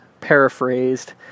paraphrased